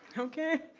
okay.